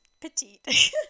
petite